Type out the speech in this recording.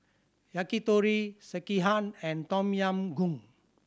Yakitori Sekihan and Tom Yam Goong